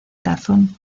tazón